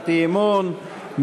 הצעת אי-אמון,